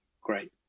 Great